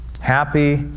Happy